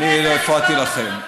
אני לא הפרעתי לכם.